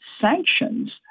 sanctions –